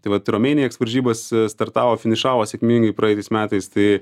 tai vat romėnia eks varžybas startavo finišavo sėkmingai praeitais metais tai